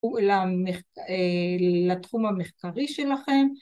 ולתחום המחקרי שלכם.